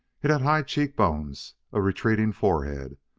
it had high cheekbones, a retreating forehead,